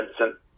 Vincent